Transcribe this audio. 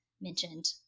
mentioned